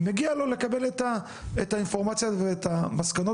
מגיע לו לקבל את האינפורמציה ואת המסקנות,